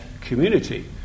community